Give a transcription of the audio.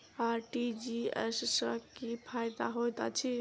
RTGS सँ की फायदा होइत अछि?